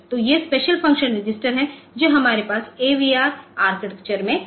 तो ये special function register हैं जो हमारे पास AVR आर्किटेक्चर में हैं